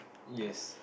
yes